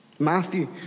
Matthew